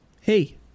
hey